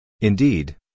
Indeed